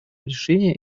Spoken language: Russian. решения